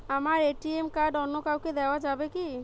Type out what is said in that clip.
আমার ATM card অন্য কাউকে দেওয়া যাবে কি?